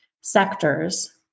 sectors